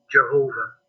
Jehovah